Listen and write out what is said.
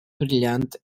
brilhante